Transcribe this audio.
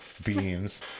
beans